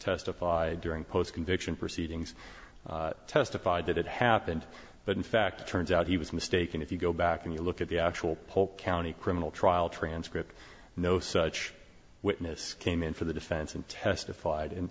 testify during post conviction proceedings testified that it happened but in fact it turns out he was mistaken if you go back and you look at the actual polk county criminal trial transcript no such witness came in for the defense and testified in